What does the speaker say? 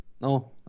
No